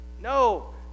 No